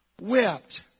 wept